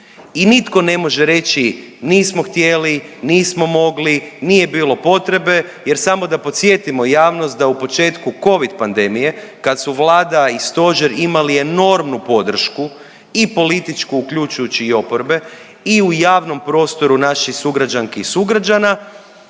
I nitko ne može reći nismo htjeli, nismo mogli, nije bilo potrebe jer samo da podsjetimo javnost da u početku Covid pandemije kad su Vlada i Stožer imali enormnu podršku i političku uključujući i oporbe i u javnom prostoru naših sugrađanki i sugrađana.